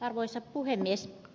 arvoisa puhemies